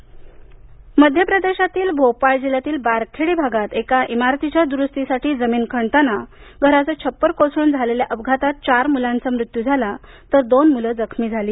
अपघात मध्य प्रदेशातील भोपाळ जिल्ह्यातील बारखेडी भागात एका इमारतीच्या दुरुस्तीसाठी जमीन खणताना घराचे छप्पर कोसळून झालेल्या अपघातात चार मुलांचा मृत्यू झाला तर दोन मुले जखमी झाली